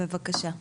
בבקשה.